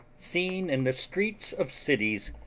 seen in the streets of cities,